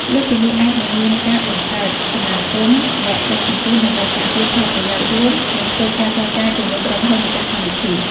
លើសពីនេះ អាចនឹងមានការបង្កើត សមាគមអ្នកដឹកជញ្ជូន ដើម្បីការពារផលប្រយោជន៍រួម និងធ្វើការចរចាជាមួយក្រុមហ៊ុនម្ចាស់កម្មវិធី។